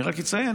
אני רק אציין,